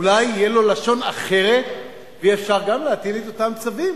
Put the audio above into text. אולי תהיה לו לשון אחרת ואפשר יהיה להטיל את אותם צווים,